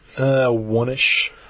One-ish